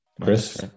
chris